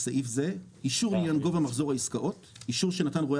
בסעיף זה אישור על גבוה מחזור העסקאות שנתן רואה